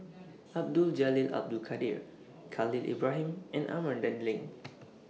Abdul Jalil Abdul Kadir Khalil Ibrahim and Amanda Heng